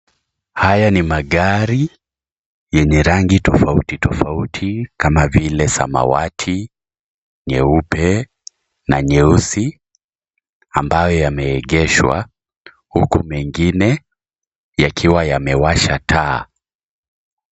Haya ni magari yenye rangi tofauti tofauti kama vile, samawati, nyeupe, na nyeusi ambayo yameegeshwa huku mengine yakiwa yamewasha taa.